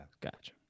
gotcha